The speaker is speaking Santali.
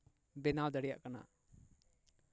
ᱵᱮᱱᱟᱣ ᱫᱟᱲᱮᱭᱟᱜ ᱠᱟᱱᱟ